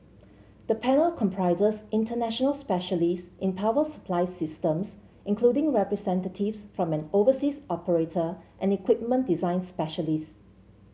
the panel comprises international specialists in power supply systems including representatives from an overseas operator and equipment design specialists